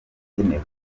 ibikenewe